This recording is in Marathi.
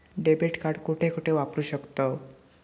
डेबिट कार्ड कुठे कुठे वापरू शकतव?